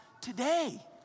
today